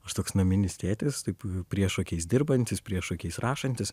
aš toks naminis tėtis taip priešokiais dirbantis priešokiais rašantis